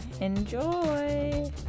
Enjoy